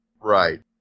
Right